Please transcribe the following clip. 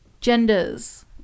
genders